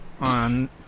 on